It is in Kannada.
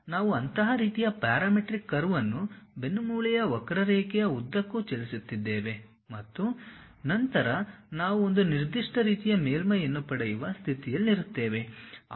ಆದ್ದರಿಂದ ನಾವು ಅಂತಹ ರೀತಿಯ ಪ್ಯಾರಮೆಟ್ರಿಕ್ ಕರ್ವ್ ಅನ್ನು ಬೆನ್ನುಮೂಳೆಯ ವಕ್ರರೇಖೆಯ ಉದ್ದಕ್ಕೂ ಚಲಿಸುತ್ತಿದ್ದೇವೆ ಮತ್ತು ನಂತರ ನಾವು ಒಂದು ನಿರ್ದಿಷ್ಟ ರೀತಿಯ ಮೇಲ್ಮೈಯನ್ನು ಪಡೆಯುವ ಸ್ಥಿತಿಯಲ್ಲಿರುತ್ತೇವೆ